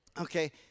Okay